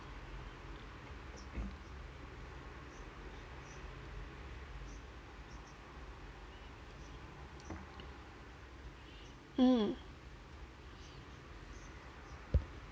mm